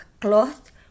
cloth